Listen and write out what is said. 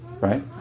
right